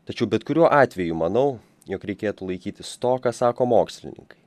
tačiau bet kuriuo atveju manau jog reikėtų laikytis to ką sako mokslininkai